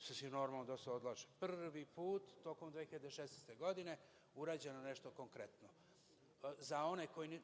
Sasvim normalno da se odlažu. Prvi put tokom 2016. godine urađeno je nešto konkretno.